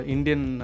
Indian